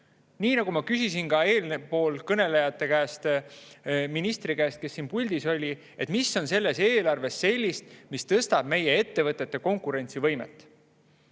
Ma küsisin eelkõnelenud ministri käest, kes siin puldis oli, et mis on selles eelarves sellist, mis tõstab meie ettevõtete konkurentsivõimet.